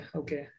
okay